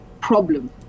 problem